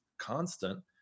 Constant